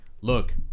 look